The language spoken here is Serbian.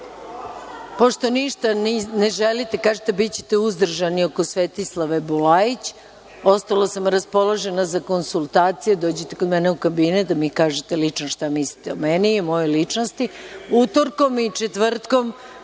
ništa ne želite, kažete da ćete biti uzdržani oko Svetislave Bulajić, ostalo sam raspoložena za konsultacije. Dođite kod mene u kabinet da mi kažete lično šta mislite o meni i mojoj ličnosti. Utorkom i četvrtkom